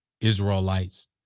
Israelites